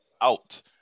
out